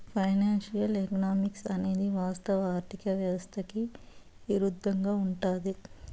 financial economics అనేది వాస్తవ ఆర్థిక వ్యవస్థకి ఇరుద్దంగా ఉంటది